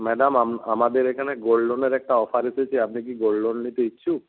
madam আমাদের এখানে gold লোনের একটা অফার এসেছে আপনি কি গোল্ড লোন নিতে ইচ্ছুক